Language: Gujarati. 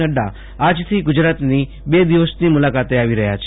નડ્ડા આજથી ગુજરાતની બે દિવસની મુલાકાતે આવી રહ્યા છે